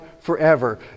forever